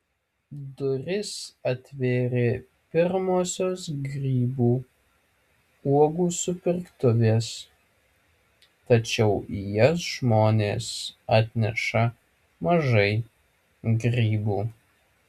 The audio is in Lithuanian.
duris atvėrė pirmosios grybų uogų supirktuvės tačiau į jas žmonės atneša mažai grybų